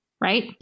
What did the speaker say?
Right